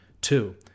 Two